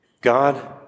God